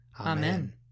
Amen